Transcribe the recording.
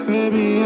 Baby